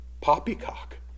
Poppycock